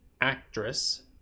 actress